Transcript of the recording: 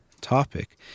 topic